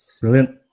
brilliant